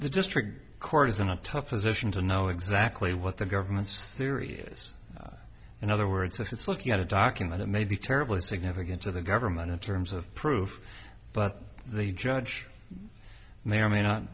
the district court is in a tough position to know exactly what the government's theory is in other words if it's looking at a document it may be terribly significant to the government in terms of proof but the judge may or may not